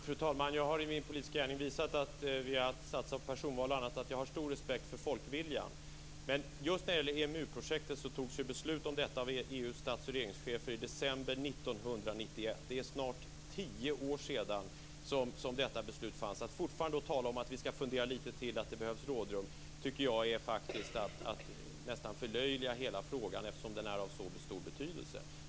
Fru talman! Jag har i min politiska gärning - genom att satsa på personval och annat - visat att jag har stor respekt för folkviljan. Men just när det gäller EMU-projektet togs ju beslut om detta av EU:s statsoch regeringschefer i december 1991. Det är snart tio år sedan detta beslut fattades. Att fortfarande tala om att vi skall fundera lite till och att det behövs rådrum tycker jag faktiskt är att nästan förlöjliga hela frågan eftersom den är av så stor betydelse.